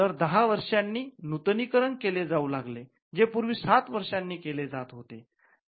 दर दहा वर्षांनी नूतनीकरण केले जाऊ लागले जे पूर्वी सात वर्षांनी केले जात होते